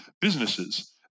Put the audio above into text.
businesses